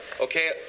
okay